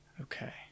Okay